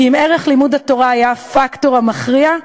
כי אם ערך לימוד התורה היה הפקטור המכריע,